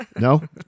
No